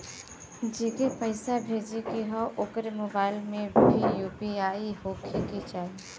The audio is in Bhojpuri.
जेके पैसा भेजे के ह ओकरे मोबाइल मे भी यू.पी.आई होखे के चाही?